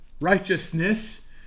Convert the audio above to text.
Righteousness